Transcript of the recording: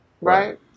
right